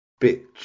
bitch